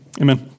Amen